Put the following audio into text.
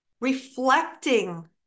reflecting